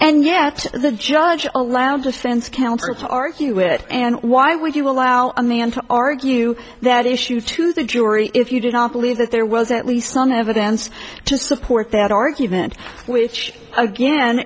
and yet the judge allowed defense counsel to argue it and why would you allow a man to argue that issue to the jury if you do not believe that there was at least some evidence to support that argument which again